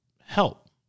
help